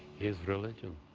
his religion.